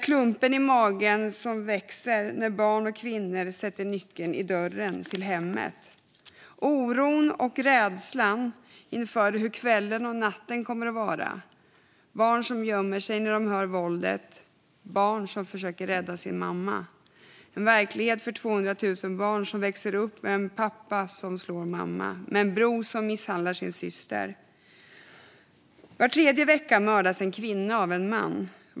Klumpen i magen växer när barnen och kvinnorna sätter nyckeln i dörren till hemmet. Oron och rädslan finns inför hur kvällen och natten kommer att vara. Barnen gömmer sig när de hör våldet. Barnen försöker rädda sin mamma. Det är en verklighet för 200 000 barn som växer upp med en pappa som slår mamma eller med en bror som misshandlar sin syster. Var tredje vecka mördas en kvinna av en man.